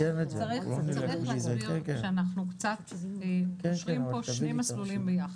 צריך להסביר שאנחנו קצת מאשרים פה שני מסלולים יחד,